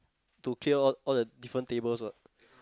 to clear all all the different tables what